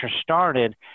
started